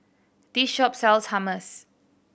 this shop sells Hummus